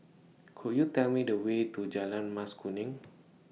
Could YOU Tell Me The Way to Jalan Mas Kuning